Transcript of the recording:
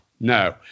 No